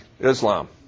Islam